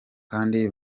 kandi